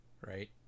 right